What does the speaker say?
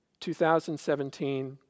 2017